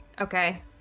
okay